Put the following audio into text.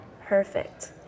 Perfect